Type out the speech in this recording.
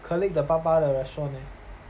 colleague 的爸爸的 restaurant eh